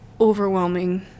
overwhelming